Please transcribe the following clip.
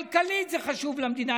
כלכלית זה חשוב למדינה.